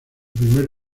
primer